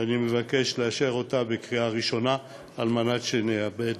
ואני מבקש לאשר אותה בקריאה ראשונה כדי שנעבד